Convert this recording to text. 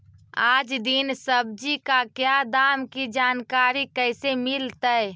आज दीन सब्जी का क्या दाम की जानकारी कैसे मीलतय?